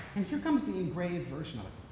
and here comes the engraved version of it.